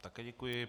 Také děkuji.